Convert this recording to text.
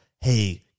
Hey